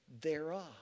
thereof